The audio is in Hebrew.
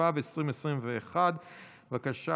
התשפ"ב 2021. בבקשה,